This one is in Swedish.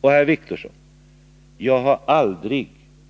Till herr Wictorsson vill jag säga att